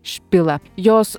špila jos